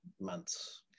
months